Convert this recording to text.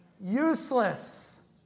useless